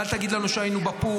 ואל תגיד לנו שהיינו בפוך,